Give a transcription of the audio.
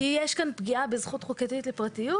כי יש כאן פגיעה בזכות חוקתית לפרטיות.